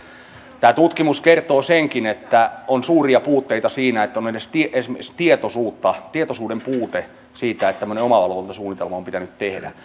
tämä tutkimus kertoo senkin että on suuria puutteita esimerkiksi tietoisuuden puute siitä että tämmöinen omavalvontasuunnitelma on pitänyt tehdä